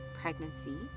pregnancy